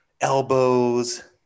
elbows